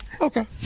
Okay